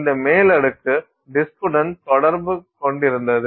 இந்த மேல் அடுக்கு டிஸ்க் உடன் தொடர்பு கொண்டிருந்தது